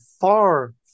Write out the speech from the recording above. far